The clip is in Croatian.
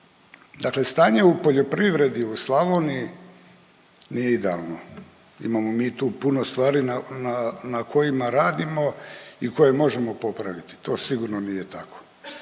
Dakle stanje u poljoprivredi u Slavoniji nije idealno. Imamo mi tu puno stvari na, na kojima radimo i koje možemo popraviti. To sigurno nije tako.